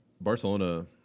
Barcelona